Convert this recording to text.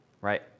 right